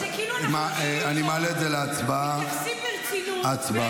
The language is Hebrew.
זה כאילו אנחנו יושבים פה, מתייחסים ברצינות, וזה